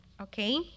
Okay